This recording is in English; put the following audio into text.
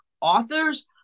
authors